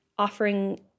offering